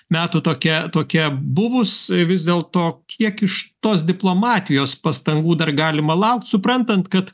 metų tokia tokia buvus vis dėlto kiek iš tos diplomatijos pastangų dar galima laukt suprantant kad